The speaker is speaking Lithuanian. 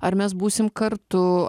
ar mes būsim kartu